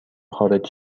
خارج